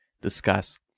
discuss